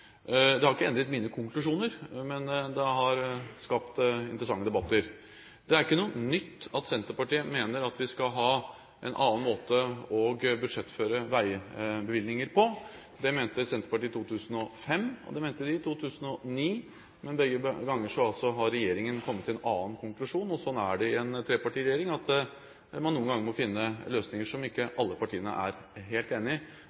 Det har ikke endret mine konklusjoner, men det har skapt interessante debatter. Det er ikke noe nytt at Senterpartiet mener at vi skal ha en annen måte å budsjettføre veibevilgninger på. Det mente Senterpartiet i 2005, og det mente de i 2009, men begge ganger har regjeringen kommet til en annen konklusjon. Slik er det i en trepartiregjering – at vi noen ganger må finne løsninger som ikke alle partiene er helt enig i